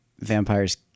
Vampires